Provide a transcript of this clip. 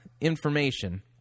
information